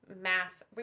math